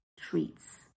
treats